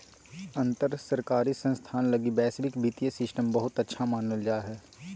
अंतर सरकारी संस्थान लगी वैश्विक वित्तीय सिस्टम बहुते अच्छा मानल जा हय